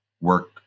work